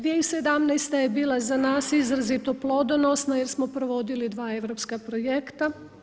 2017. je bila za nas izrazito plodonosna jer smo provodili dva europska projekta.